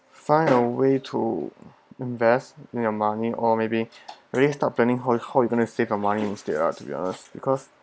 find a way to invest in your money or maybe maybe start planning how you how you going to save your money instead lah to be honest because